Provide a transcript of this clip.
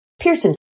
Pearson